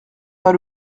pas